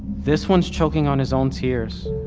this one's choking on his own tears.